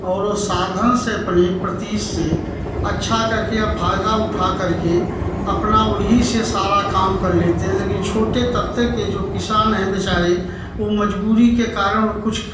और वो साधन से अपने प्रति से अच्छा करके या फ़ायदा उठा कर के अपना ओही से सारा काम कर लेते है लेकिन छोटे तबके के जो किसान हैं बेचारे वो मज़बूरी के कारण वो कुछ